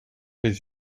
les